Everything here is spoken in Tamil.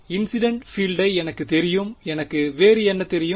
இன்சிடென்ட் பீல்டை எனக்குத் தெரியும் எனக்கு வேறு என்ன தெரியும்